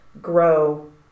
grow